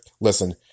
listen